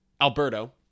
Alberto